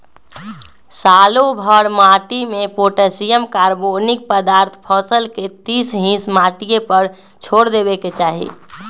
सालोभर माटिमें potassium, carbonic पदार्थ फसल के तीस हिस माटिए पर छोर देबेके चाही